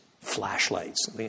flashlights